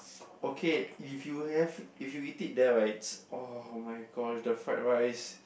okay if you have if you eat there right oh-my-god the fried rice